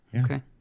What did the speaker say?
Okay